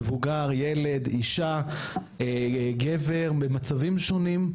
מבוגר, ילד, אישה, גבר במצבים שונים,